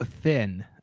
thin